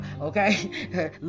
Okay